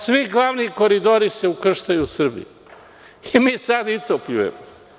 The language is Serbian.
Svi glavni koridori se ukrštaju u Srbiji i mi sada i to pljujemo.